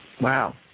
Wow